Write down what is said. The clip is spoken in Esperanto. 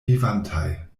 vivantaj